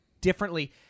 differently